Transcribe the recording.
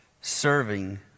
serving